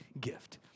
gift